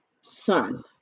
son